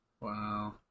Wow